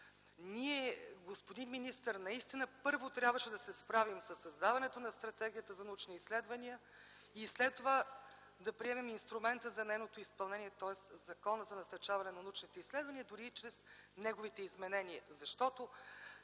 Господин министър, ние наистина първо трябваше да се справим със създаването на Стратегията за научни изследвания и след това да приемем инструмента за нейното изпълнение, тоест Закона за насърчаване на научните изследвания, дори и чрез неговите изменения, защото